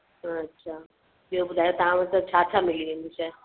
अच्छा ॿियो ॿुधायो तव्हां वटि त छा छा मिली वेंदी शइ